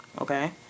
Okay